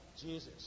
Jesus